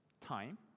time